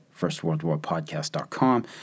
firstworldwarpodcast.com